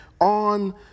on